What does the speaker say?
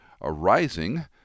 arising